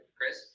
Chris